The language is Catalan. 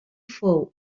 fou